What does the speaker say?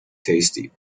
tasty